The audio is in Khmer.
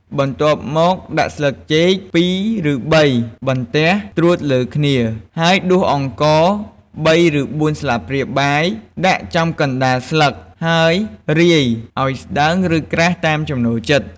បន្ទាប់់មកយកដាក់ស្លឹកចេក២ ឬ៣បន្ទះត្រួតលើគ្នា ហើយដួសអង្ករ ៣ឬ៤ស្លាបព្រាបាយដាក់ចំកណ្ដាលស្លឹក ហើយរាយឱ្យស្ដើង ឬក្រាស់តាមចំណូលចិត្ត។